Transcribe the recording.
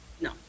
no